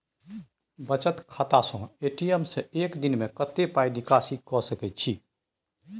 बचत खाता स ए.टी.एम से एक दिन में कत्ते पाई निकासी के सके छि?